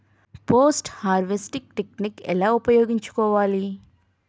Post harvesting technique ఎలా ఉపయోగించుకోవాలి?